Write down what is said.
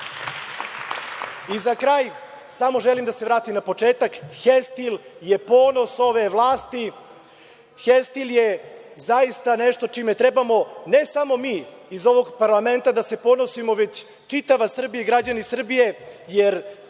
kraj samo želim da se vratim na početak, „Hestil“ je ponos ove vlasti,“Hestil“je zaista nešto čime trebamo ne samo mi iz ovog parlamenta da se ponosimo, već čitava Srbija i građani Srbije, jer